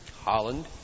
Holland